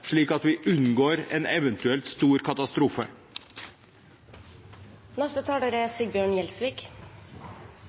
slik at vi unngår en eventuell, stor katastrofe. I Norge er